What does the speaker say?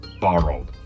borrowed